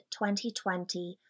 2020